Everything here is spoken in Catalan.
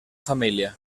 família